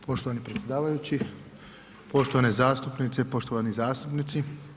Poštovani predsjedavajući, poštovane zastupnice, poštovani zastupnici.